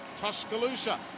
Tuscaloosa